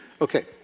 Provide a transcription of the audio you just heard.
Okay